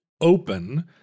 open